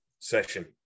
session